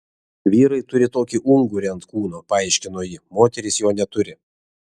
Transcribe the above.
vyrai turi tokį ungurį ant kūno paaiškino ji moterys jo neturi